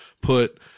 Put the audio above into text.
Put